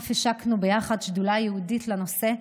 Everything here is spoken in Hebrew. אף השקנו ביחד שדולה ייעודית לנושא,